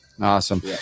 Awesome